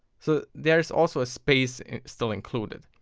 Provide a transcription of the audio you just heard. so there is also a space still included.